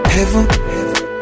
Heaven